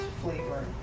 flavor